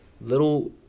little